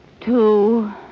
two